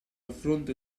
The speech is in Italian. affronta